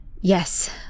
Yes